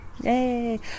Yay